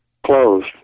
Closed